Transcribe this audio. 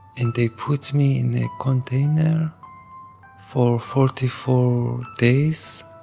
and they put me in a container for forty-four days.